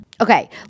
Okay